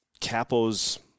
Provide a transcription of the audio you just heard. Capo's